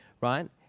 right